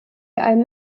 einem